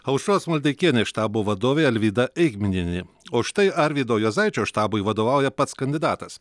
aušros maldeikienės štabo vadovė alvyda eigminienė o štai arvydo juozaičio štabui vadovauja pats kandidatas